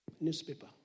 Newspaper